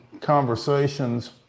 conversations